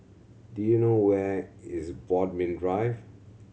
do you know where is Bodmin Drive